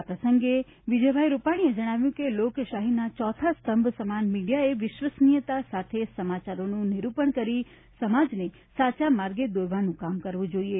આ પ્રસંગે વિજયભાઈ રૂપાણીએ જણાવ્યું છે કે લોકશાહીના ચોથા સ્તંભ સમાન મીડિયાએ વિશ્વસનિયતા સાથે સમાચારોનું નિરૂપણ કરી સમાજને સાચા માર્ગે દોરવાનું કામ કરવું જોઈએ